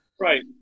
Right